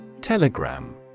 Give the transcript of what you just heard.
Telegram